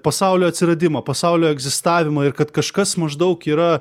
pasaulio atsiradimą pasaulio egzistavimą ir kad kažkas maždaug yra